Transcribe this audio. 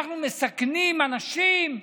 אנחנו מסכנים אנשים במעבר?